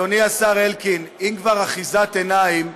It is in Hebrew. אדוני השר אלקין, אם כבר אחיזת עיניים,